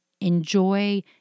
Enjoy